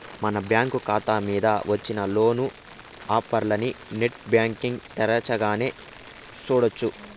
మన బ్యాంకు కాతా మింద వచ్చిన లోను ఆఫర్లనీ నెట్ బ్యాంటింగ్ తెరచగానే సూడొచ్చు